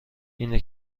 اینه